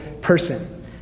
person